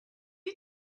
you